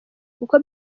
kuko